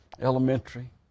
elementary